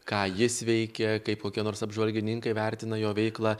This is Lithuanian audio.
ką jis veikia kaip kokie nors apžvalgininkai vertina jo veiklą